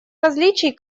различий